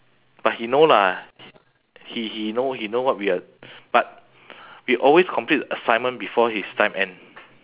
but he know lah h~ he he know he know what we are but we always complete assignment before his time end